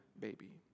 baby